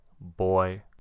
boy